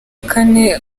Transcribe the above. kane